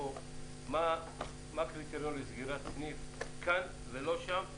מה הקריטריון לסגירת סניף כאן ולא שם?